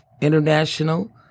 international